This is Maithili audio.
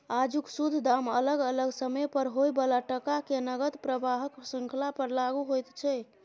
आजुक शुद्ध दाम अलग अलग समय पर होइ बला टका के नकद प्रवाहक श्रृंखला पर लागु होइत छै